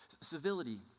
Civility